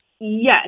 Yes